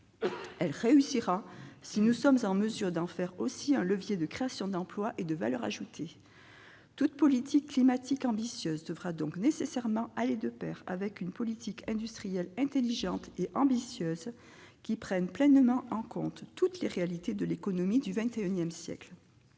Elle réussira si nous sommes en mesure d'en faire aussi un levier de création d'emplois et de valeur ajoutée. Toute politique climatique ambitieuse devra donc nécessairement aller de pair avec une politique industrielle intelligente et ambitieuse qui prenne pleinement en compte toutes les réalités de l'économie du XXI siècle.